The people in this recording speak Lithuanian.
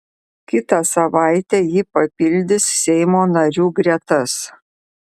kitą savaitę ji papildys seimo narių gretas